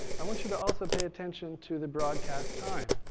i want you to also pay attention to the broadcast time.